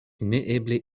neeble